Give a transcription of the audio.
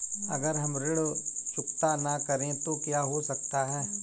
अगर हम ऋण चुकता न करें तो क्या हो सकता है?